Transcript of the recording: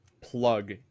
plug